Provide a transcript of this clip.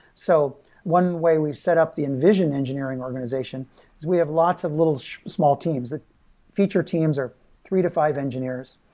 so one way we set up the invision engineering organization is we have lots of little small teams. feature teams are three to five engineers,